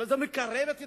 זה מקרב את ישראל?